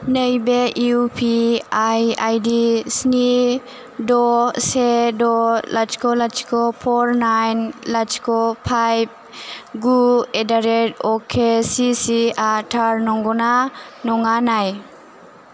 नैबे इउपिआइ आइदि स्नि द' से द' लाथिख' लाथिख' पर नाइन लाथिख' पाइभ गु एडारेट अके सि सिआ थार नंगौ ना नङा नाय